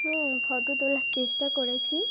photo তোলার চেষ্টা করেছি